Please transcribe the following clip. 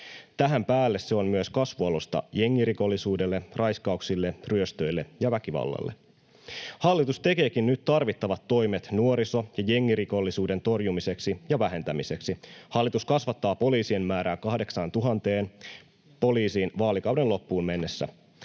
Tähän päälle se on myös kasvualusta jengirikollisuudelle, raiskauksille, ryöstöille ja väkivallalle. Hallitus tekeekin nyt tarvittavat toimet nuoriso- ja jengirikollisuuden torjumiseksi ja vähentämiseksi. Hallitus kasvattaa poliisien määrää 8 000:een vaalikauden loppuun mennessä.